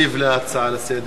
בבקשה.